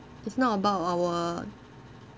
it's not about our